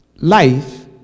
Life